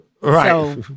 Right